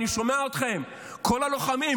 אני שומע אתכם, כל הלוחמים.